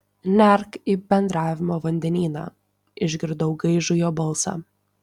nerk į bendravimo vandenyną išgirdau gaižų jo balsą